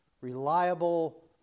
reliable